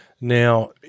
Now